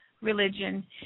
religion